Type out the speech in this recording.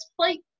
plate